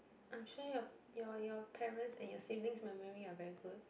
I'm sure your your your parent's and your sibling's memory are very good